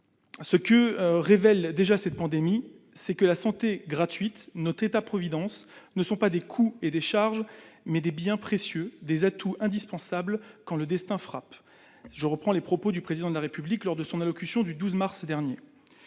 Ce que révèle déjà cette pandémie, c'est que « la santé gratuite [...], notre État-providence, ne sont pas des coûts ou des charges, mais des biens précieux, des atouts indispensables quand le destin frappe », pour reprendre les propos du Président de la République lors de son allocution du 12 mars dernier.